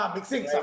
Mixing